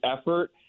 effort –